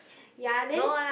ya then